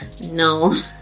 no